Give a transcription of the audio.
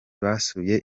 basuye